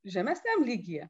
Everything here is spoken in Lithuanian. žemesniam lygyje